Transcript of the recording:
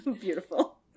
beautiful